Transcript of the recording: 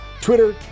Twitter